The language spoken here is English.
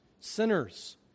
sinners